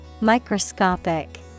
Microscopic